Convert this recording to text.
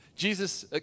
Jesus